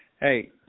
hey